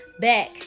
back